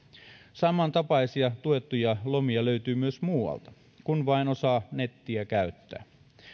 samantapaisia tuettuja lomia löytyy myös muualta kun vain osaa nettiä käyttää